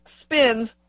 Spins